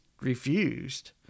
refused